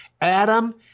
Adam